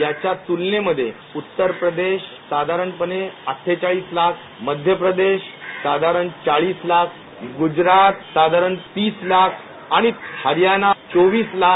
याच्या तुलनेमधे उत्तर प्रदेश साधारणपणे अठ्ठेचाळीस लाख मध्य प्रदेश साधारण चाळीस लाख गुजरात साधारण तीस लाख आणि हरियाणा चोवीस लाख